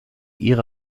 ihre